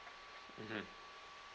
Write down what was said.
mmhmm